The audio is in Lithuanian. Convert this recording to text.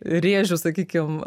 rėžių sakykim